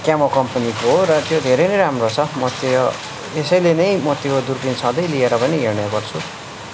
chemo कम्पनीको हो र त्यो धेरै राम्रो छ म त्यो यसैले नै म त्यो दुर्बिन सधैँ लिएर पनि हिँड्ने गर्छु